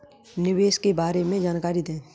निवेश के बारे में जानकारी दें?